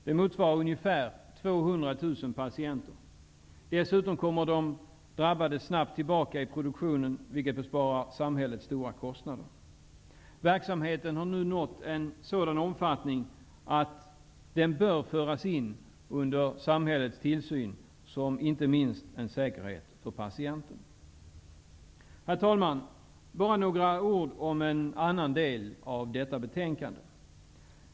Det motsvarar ungefär 200 000 patienter. Dessutom är de drabbade snabbt tillbaka i produktionen, vilket besparar samhället stora kostnader. Verksamheten har nu en sådan omfattning att den bör föras in under samhällets tillsyn, inte minst som en säkerhet för patienten. Herr talman! Bara några ord om en annan del av detta betänkande.